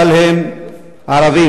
אבל הם ערבים.